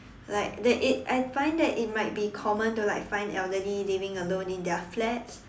like that it I find that it might be common to like find elderly living alone in their flats